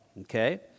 okay